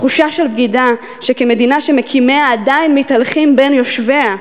תחושה של בגידה שכמדינה שמקימיה עדיין מתהלכים בין יושביה,